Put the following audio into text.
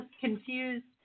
confused